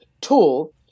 tool